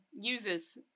uses